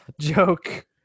joke